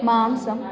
मांसम्